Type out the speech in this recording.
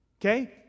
Okay